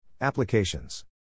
Applications